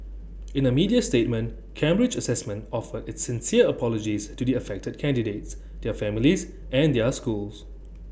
in A media statement Cambridge Assessment offered its sincere apologies to the affected candidates their families and their schools